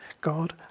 God